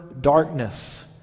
darkness